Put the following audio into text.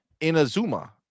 Inazuma